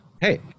Hey